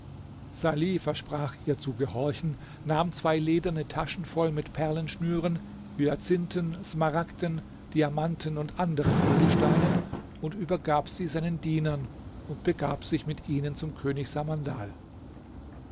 salih versprach ihr zu gehorchen nahm zwei lederne taschen voll mit perlenschnüren hyazinthen smaragden diamanten und anderen edelsteinen und übergab sie seinen dienern und begab sich mit ihnen zum könig samandal